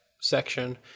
section